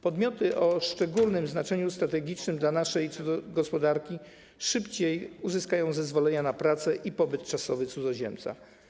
Podmioty o szczególnym znaczeniu strategicznym dla naszej gospodarki szybciej uzyskają zezwolenie na pracę i pobyt czasowy cudzoziemca.